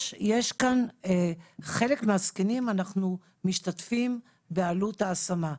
יש כאן חלק מהזקנים אנחנו משתתפים בעלות ההשמה,